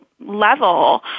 level